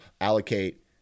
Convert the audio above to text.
allocate